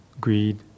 greed